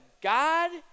God